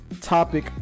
topic